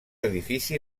edifici